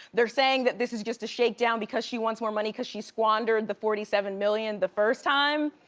they're saying that this is just a shakedown because she wants more money, cause she squandered the forty seven million the first time.